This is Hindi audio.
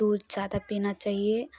दूध ज़्यादा पीना चाहिए